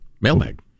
Mailbag